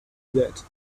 that